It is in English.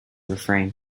refrain